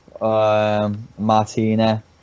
Martina